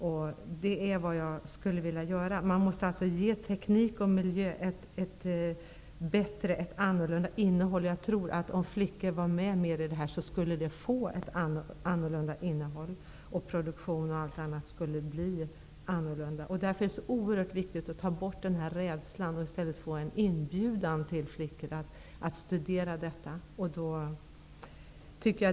Ämnet miljö och teknik måste alltså få ett bättre innehåll. Jag tror att om flickor medverkade mer får det ett annorlunda innehåll, bl.a. när det gäller produktionen. Det är därför oerhört viktigt att ta bort denna rädsla och i stället inbjuda flickor att studera det här.